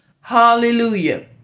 Hallelujah